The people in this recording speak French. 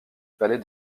palais